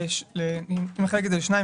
אם נחלק את זה לשניים,